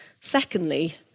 Secondly